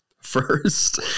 first